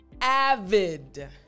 avid